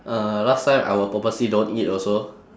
uh last time I will purposely don't eat also